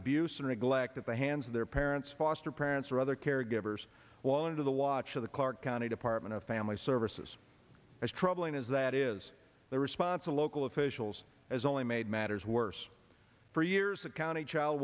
abuse or neglect at the hands of their parents foster parents or other caregivers while into the watch of the clark county department of family services as troubling as that is the response of local officials as only made matters worse for years a county child